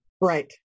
Right